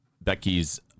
Becky's